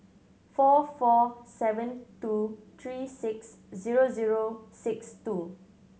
four four seven two three six zero zero six two